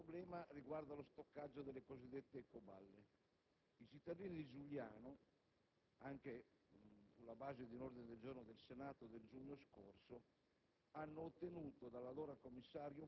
Il secondo e più grande problema riguarda lo stoccaggio delle cosiddette ecoballe. I cittadini di Giugliano, anche sulla base di un ordine del giorno approvato dal Senato nel giugno scorso,